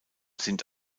sind